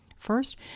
First